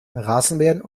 rasenmähern